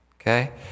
Okay